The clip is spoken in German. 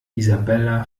isabella